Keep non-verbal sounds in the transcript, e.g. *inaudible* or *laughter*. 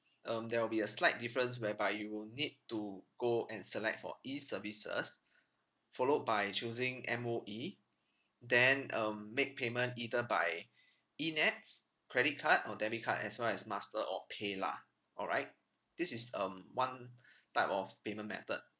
um there will be a slight difference whereby you will need to go and select for E services followed by choosing M_O_E then um make payment either by E NETS credit card or debit card as well as master or paylah alright this is um one *breath* type of payment method